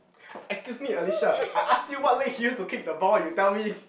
excuse me Alicia I ask you what leg she use to kick the ball you tell me